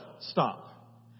Stop